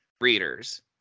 readers